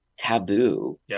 taboo